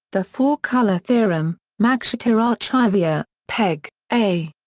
the four colour theorem, mactutor archive yeah pegg, a.